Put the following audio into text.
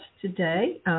today